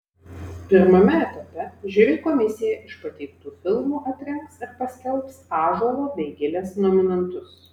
pirmame etape žiuri komisija iš pateiktų filmų atrinks ir paskelbs ąžuolo bei gilės nominantus